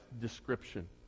description